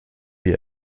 wir